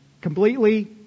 completely